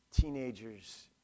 teenagers